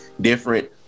different